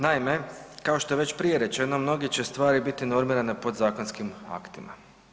Naime, kao što je već prije rečeno mnoge će stvari biti normirane podzakonskim aktima.